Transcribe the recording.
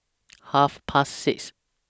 Half Past six